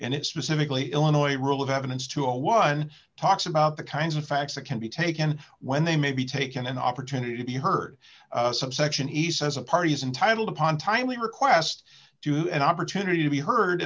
and it specifically illinois a rule of evidence to a one talks about the kinds of facts that can be taken when they may be taken an opportunity to be heard subsection east as a party is entitle upon timely request to an opportunity to be heard